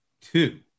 two